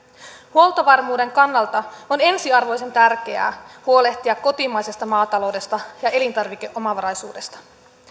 huoltovarmuuden kannalta on ensiarvoisen tärkeää huolehtia kotimaisesta maataloudesta ja elintarvikeomavaraisuudesta